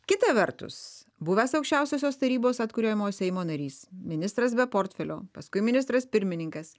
kita vertus buvęs aukščiausiosios tarybos atkuriamojo seimo narys ministras be portfelio paskui ministras pirmininkas